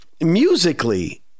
musically